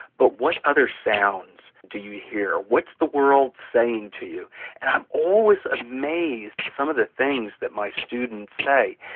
but what other sounds do you hear? what's the world saying to you? and i am always amazed at some of the things that my students say.